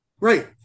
Right